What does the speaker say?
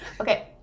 okay